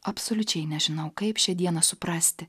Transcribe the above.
absoliučiai nežinau kaip šią dieną suprasti